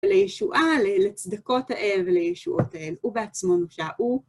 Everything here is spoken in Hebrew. לישועה, לצדקות העבר ולישועותיהן, ובעצמנו שאו.